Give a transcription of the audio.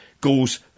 goes